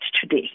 today